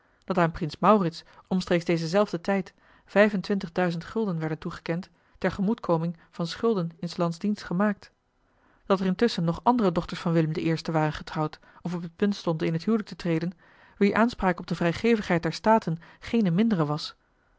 dat aan prins maurits omstreeks dezen zelfden tijd vijf en twintig duizend gulden werden toegekend ter tegemoetkoming van schulden in s lands dienst gemaakt dat er intusschen nog andere dochters van willem i waren getrouwd of op het punt stonden in het huwelijk te treden wier aanspraak op de vrijgevigheid der staten geene mindere was